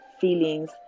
feelings